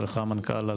ולך המנכ"ל,